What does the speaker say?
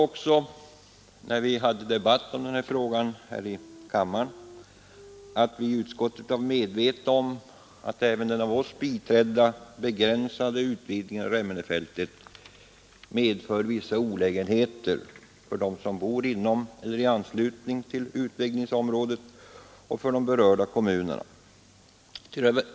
När frågan den gången debatterades här i kammaren, så framhöll jag att vi i utskottet var medvetna om att även det av oss biträdda förslaget om en begränsad utvidgning av Remmenefältet medförde vissa olägenheter för dem som bor inom området eller i anslutning till detsamma samt för de berörda kommunerna.